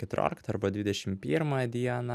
keturioliktą arba dvidešim pirmą dieną